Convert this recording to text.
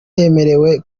yemerewe